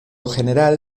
general